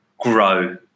grow